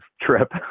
trip